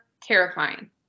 terrifying